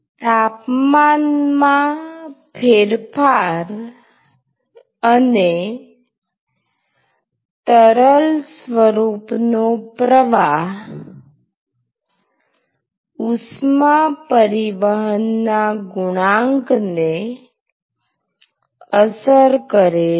તાપમાનમાં ફેરફાર અને તરલ સ્વરૂપ નો પ્રવાહ ઉષ્મા પરિવહનના ગુણાંક ને અસર કરે છે